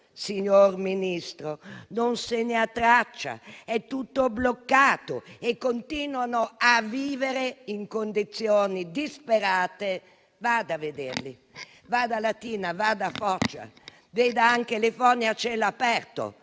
signor Ministro? Non se ne ha traccia, è tutto bloccato e quei lavoratori continuano a vivere in condizioni disperate. Vada a vederli. Vada a Latina, vada a Foggia e veda anche le fogne a cielo aperto.